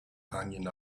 hanging